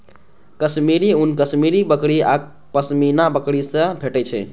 कश्मीरी ऊन कश्मीरी बकरी आ पश्मीना बकरी सं भेटै छै